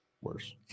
worse